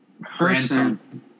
person